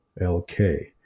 LK